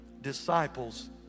disciples